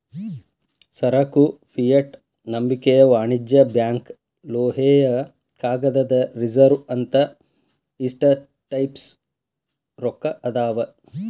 ಸರಕು ಫಿಯೆಟ್ ನಂಬಿಕೆಯ ವಾಣಿಜ್ಯ ಬ್ಯಾಂಕ್ ಲೋಹೇಯ ಕಾಗದದ ರಿಸರ್ವ್ ಅಂತ ಇಷ್ಟ ಟೈಪ್ಸ್ ರೊಕ್ಕಾ ಅದಾವ್